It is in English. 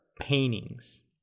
paintings